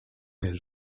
his